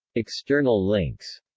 external links